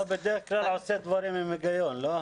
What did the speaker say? בדרך כלל, אתה עושה דברים עם היגיון, לא?